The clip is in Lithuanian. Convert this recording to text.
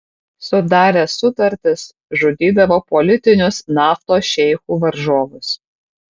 sudaręs sutartis žudydavo politinius naftos šeichų varžovus